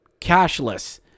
cashless